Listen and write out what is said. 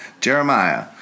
Jeremiah